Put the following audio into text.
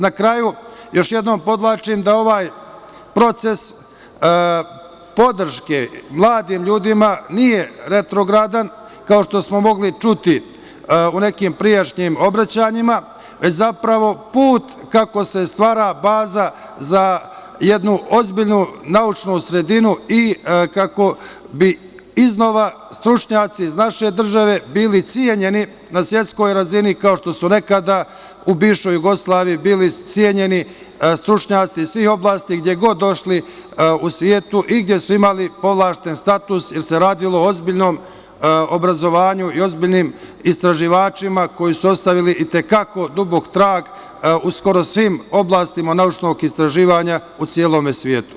Na kraju, još jednom podvlačim da ovaj proces podrške mladim ljudima nije retrogradan, kao što smo mogli čuti u nekim prethodnim obraćanjima, već zapravo put kako se stvara baza za jednu ozbiljnu naučnu sredinu i kako bi iznova stručnjaci iz naše države bili cenjeni na svetskoj razdaljini, kao što su nekada u bivšoj Jugoslaviji bili cenjeni stručnjaci iz svih oblasti, gde god došli u svetu i gde su imali povlašćeni status, jer se radilo o ozbiljnom obrazovanju i ozbiljnim istraživačima koji su ostavili i te kako dubok trag u skoro svim oblastima naučnog istraživanja u celom svetu.